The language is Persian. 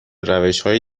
روشهای